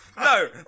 No